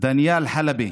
דניאל חלבי,